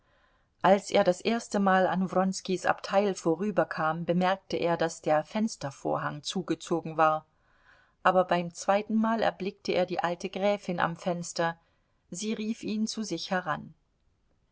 als er das erstemal an wronskis abteil vorüberkam bemerkte er daß der fenstervorhang zugezogen war aber beim zweitenmal erblickte er die alte gräfin am fenster sie rief ihn zu sich heran